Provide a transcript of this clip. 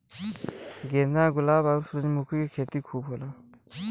गेंदा गुलाब आउर सूरजमुखी के खेती खूब होला